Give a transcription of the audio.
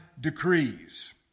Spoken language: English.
decrees